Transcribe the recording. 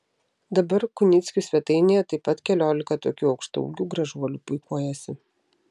dabar kunickių svetainėje taip pat keliolika tokių aukštaūgių gražuolių puikuojasi